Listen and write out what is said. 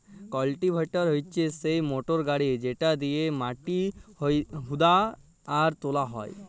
cultivator হচ্যে সিই motor গাড়ি যেটা দিয়েক মাটি হুদা আর তোলা হয়